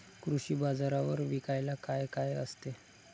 कृषी बाजारावर विकायला काय काय असते?